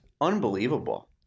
Unbelievable